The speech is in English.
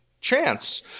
chance